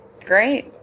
Great